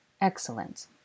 Excellent